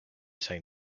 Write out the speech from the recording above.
say